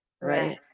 right